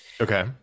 Okay